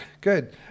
good